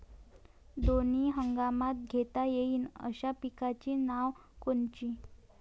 दोनी हंगामात घेता येईन अशा पिकाइची नावं कोनची?